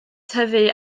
tyfu